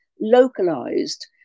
localized